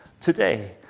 today